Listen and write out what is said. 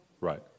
right